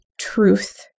truth